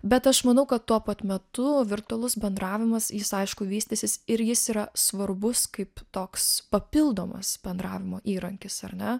bet aš manau kad tuo pat metu virtualus bendravimas jis aišku vystysis ir jis yra svarbus kaip toks papildomas bendravimo įrankis ar ne